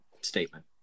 statement